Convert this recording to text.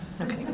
Okay